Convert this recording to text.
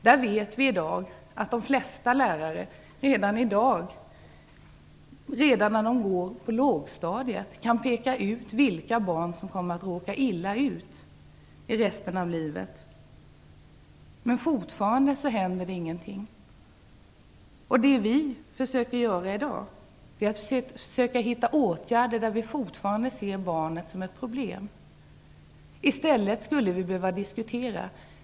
Vi vet i dag att de flesta lärare kan peka ut vilka barn som kommer att råka illa ut resten av livet redan när barnen går på lågstadiet. Fortfarande händer det ingenting. Vi försöker hitta åtgärder när vi ser barnet som ett problem. I stället skulle vi behöva diskutera.